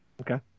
Okay